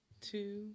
two